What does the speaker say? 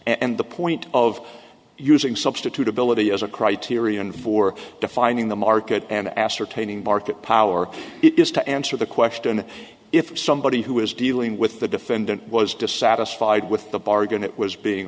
and the point of using substitutability as a criterion for defining the market and ascertaining market power is to answer the question if somebody who was dealing with the defendant was dissatisfied with the bargain it was being